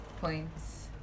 points